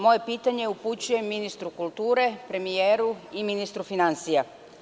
Moje pitanje upućujem ministru kulture, premijeru i ministru finansija.